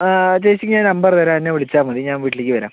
ആ ചേച്ചി ഞാൻ നമ്പറ് തരാം എന്നെ വിളിച്ചാൽ മതി ഞാൻ വീട്ടിലേക്ക് വരാം